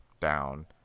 down